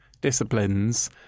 disciplines